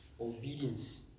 Obedience